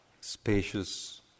spacious